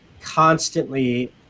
constantly